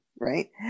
Right